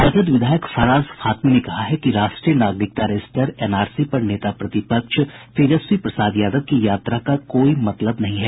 राजद विधायक फराज फातमी ने कहा है कि राष्ट्रीय नागरिकता रजिस्टर एनआरसी पर नेता प्रतिपक्ष तेजस्वी प्रसाद यादव की यात्रा का कोई मतलब नहीं है